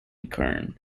kern